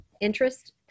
interest